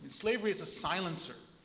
slavery is a silencer.